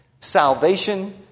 Salvation